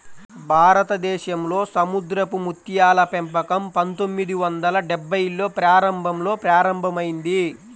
భారతదేశంలో సముద్రపు ముత్యాల పెంపకం పందొమ్మిది వందల డెభ్భైల్లో ప్రారంభంలో ప్రారంభమైంది